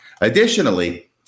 Additionally